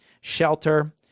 shelter